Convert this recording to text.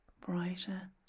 brighter